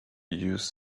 use